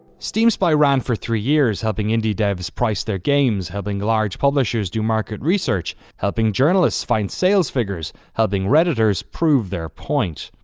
steam spy ran for three years, helping indie devs price their games, helping large publishers do market research, helping journalists find sales figures, helping redditors prove their point.